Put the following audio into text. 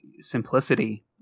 simplicity